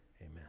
Amen